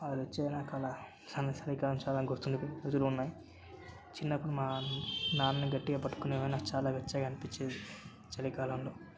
అదొచ్చే నాకలా సమచ్చిరికానుసారం గుర్తుండిపోయే రోజులున్నాయి చిన్నప్పుడు మా నాన్నని గట్టిగా పట్టుకునే వాడిని నాకు చాలా వెచ్చగా అనిపించేది చలికాలంలో